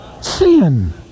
Sin